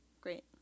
Great